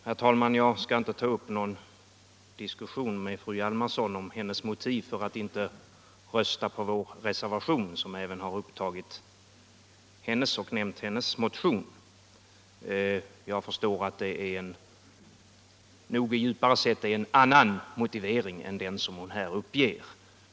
Herr talman! Jag skall inte ta upp någon diskussion med fru Hjalmarsson om hennes motiv för att inte rösta på vår reservation, som även har upptagit och nämnt hennes motion. Jag förstår att hon djupare sett nog hår en annan motivering än den som hon här uppger.